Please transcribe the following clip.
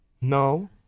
No